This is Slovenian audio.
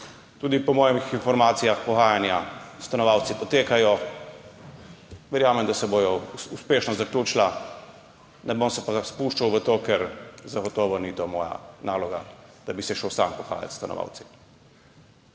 Po mojih informacijah tudi pogajanja s stanovalci potekajo. Verjamem, da se bodo uspešno zaključila. Ne bom se pa spuščal v to, ker zagotovo to ni moja naloga, da bi se šel sam pogajat s stanovalci.